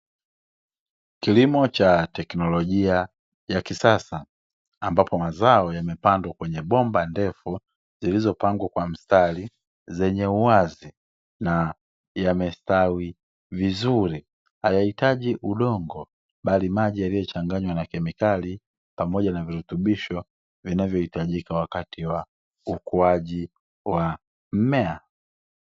Kilimo cha teknolojia ya kisasa ambapo mazao yamepandwa kwenye bomba ndefu zilizopangwa kwa mstari, zenye uwazi, na yamesitawi vizuri. Hayahitaji udongo, bali maji yaliyochanganywa na kemikali, pamoja na virutubisho vinavyohitajika wakati wa ukuaji wa mmea.